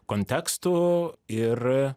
kontekstų ir